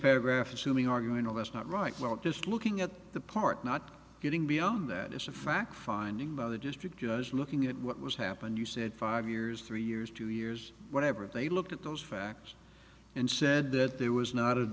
paragraph assuming arguing oh that's not right well just looking at the part not getting beyond that is a fact finding the district judge looking at what was happened you said five years three years two years whatever they looked at those facts and said that there was not a